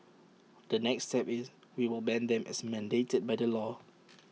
the next step is we will ban them as mandated by the law